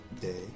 Day